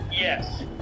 Yes